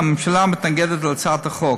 הממשלה מתנגדת להצעת החוק.